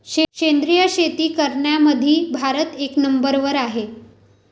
सेंद्रिय शेती करनाऱ्याईमंधी भारत एक नंबरवर हाय